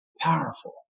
powerful